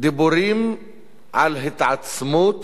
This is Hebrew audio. דיבורים על התעצמות